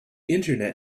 internet